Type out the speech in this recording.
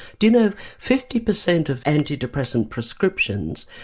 do you know fifty percent of anti-depressant prescriptions,